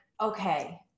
okay